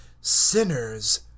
sinners